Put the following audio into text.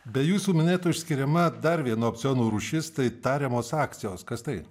be jūsų minėtų išskiriama dar vienu opcionų rūšis tai tariamos akcijos kas tai